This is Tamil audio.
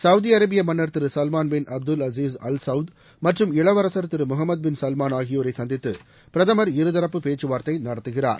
சவுதி அரேபிய மன்னர் திரு Salman bin Abdul Aziz al Saud மற்றும் இளவரசர் திரு முகமது பின் சல்மான் ஆகியோரை சந்தித்து பிரதமர் இருதரப்பு பேச்சுவார்த்தை நடத்துகிறார்